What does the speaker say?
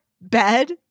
bed